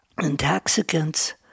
intoxicants